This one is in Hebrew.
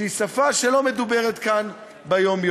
שהיא שפה שלא מדוברת כאן ביום-יום.